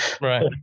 Right